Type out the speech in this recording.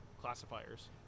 classifiers